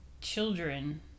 children